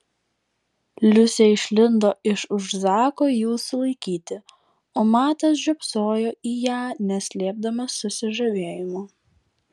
liusė išlindo iš už zako jų sulaikyti o matas žiopsojo į ją neslėpdamas susižavėjimo